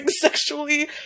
sexually